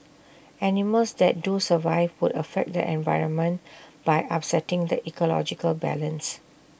animals that do survive would affect the environment by upsetting the ecological balance